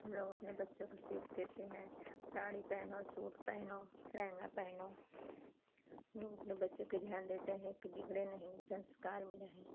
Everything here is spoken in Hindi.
हम लोग अपने बच्चों को सीख देते हैं साड़ी पहनो सूट पहनो लहंगा पहनो नु अपने बच्चों पर ध्यान देते हैं कि बिगड़े नहीं संस्कार में रहें